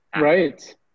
Right